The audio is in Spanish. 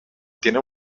tiene